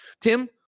Tim